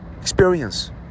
experience